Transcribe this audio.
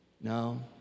No